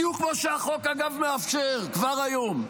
אגב, בדיוק כמו שהחוק מאפשר כבר היום.